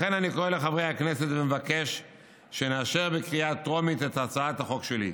לכן אני קורא לחברי הכנסת ומבקש שנאשר בקריאה טרומית את הצעת החוק שלי.